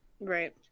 right